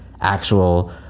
actual